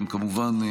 הן כמובן,